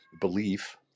belief